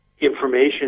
information